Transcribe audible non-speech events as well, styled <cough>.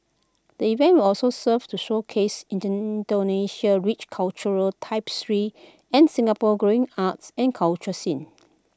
the event will also serve to showcase <unintelligible> Indonesia's rich cultural tapestry and Singapore's growing arts and culture scene